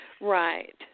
Right